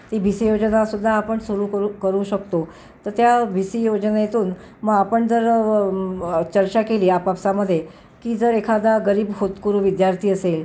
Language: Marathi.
ती भिसी योजनासुद्धा आपण सुरू करू करू शकतो तर त्या भिसी योजनेतून म आपण जर चर्चा केली आपापसामधे की जर एखादा गरीब होतकरू विद्यार्थी असेल